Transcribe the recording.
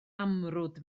amrwd